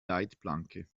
leitplanke